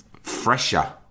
fresher